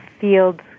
fields